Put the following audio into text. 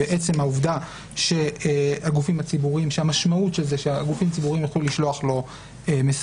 בעצם העובדה שהמשמעות של זה שגופים ציבוריים יוכלו לשלוח לו מסרים.